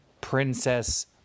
princess